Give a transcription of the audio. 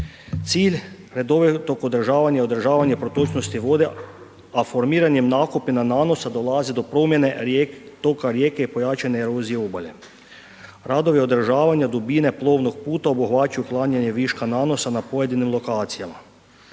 Cilj redovitog održavanja i održavanja protočnosti voda a formiranje nakupina nanosa dolazi do promjene toka rijeke i pojačane erozije obale. Radovi održavanja dubine plovnog puta obuhvaćaju uklanjanje viška nanosa na pojedinim lokacijama.